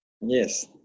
Yes